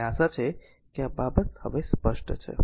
મને આશા છે કે આ બાબત હવે સ્પષ્ટ છે